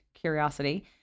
curiosity